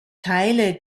teile